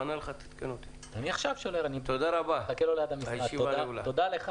הישיבה נעולה.